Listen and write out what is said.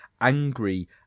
angry